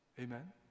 Amen